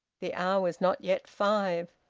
the hour was not yet five.